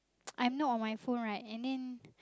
I'm not on my phone right and then